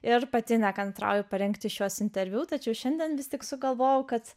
ir pati nekantrauju parengti šiuos interviu tačiau šiandien vis tik sugalvojau kad